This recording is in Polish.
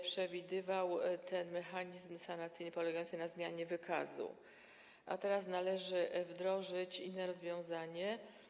Przewidywał on mechanizm sanacyjny polegający na zmianie wykazu, a teraz należy wdrożyć inne rozwiązanie.